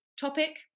topic